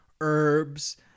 herbs